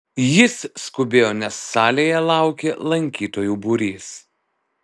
jis skubėjo nes salėje laukė lankytojų būrys